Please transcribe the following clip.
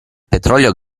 petrolio